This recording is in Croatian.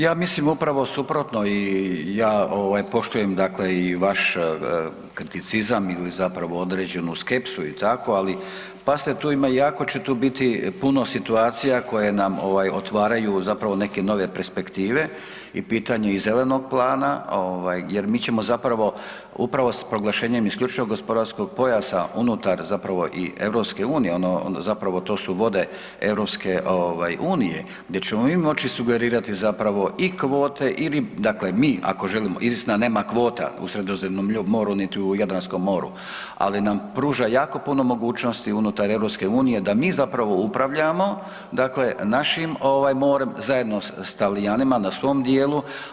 Ja mislim upravo suprotno i ja ovaj poštujem dakle i vaš kriticizam ili zapravo određenu skepsu i tako, ali pazite tu ima, jako će tu biti puno situacija koje nam ovaj otvaraju zapravo neke nove perspektive i pitanje je i zelenog plana ovaj jer mi ćemo zapravo upravo s proglašenjem IGP-a unutar zapravo i EU ono zapravo to su vode EU gdje ćemo mi moći sugerirati zapravo i kvote ili, dakle mi ako želimo, istina nema kvota u Sredozemnom moru niti u Jadranskom moru, ali nam pruža jako puno mogućnosti unutar EU da mi zapravo upravljamo, dakle našim ovaj morem zajedno s Talijanima na svom dijelu.